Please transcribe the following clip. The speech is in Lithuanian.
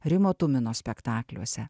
rimo tumino spektakliuose